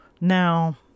Now